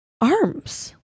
arms